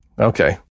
Okay